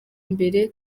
mbere